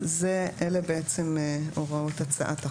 אלה הוראות הצעת החוק.